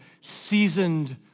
seasoned